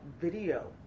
video